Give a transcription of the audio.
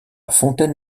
fontaine